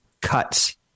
cuts